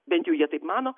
bent jau jie taip mano